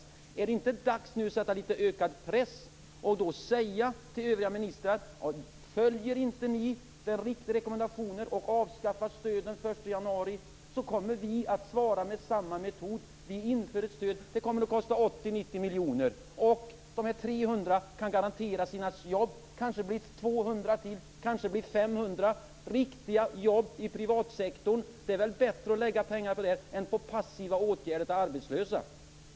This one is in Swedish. Därför är det väl nu dags att sätta litet större press på de övriga ministrarna och säga: Om ni inte följer den riktiga rekommendationen och avskaffar stöden den 1 januari, kommer vi att svara med samma metod och införa ett stöd. Det kommer att kosta 80-90 miljoner kronor. 300 personer kan kanske garanteras jobb. Kanske rör det sig om 200 eller 500 riktiga jobb inom privatsektorn. Det är väl bättre att lägga pengar på det än att lägga pengar på passiva åtgärder för arbetslösa.